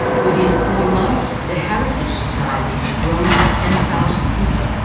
within four months the heritage society had grown to ten thousand people.